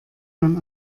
man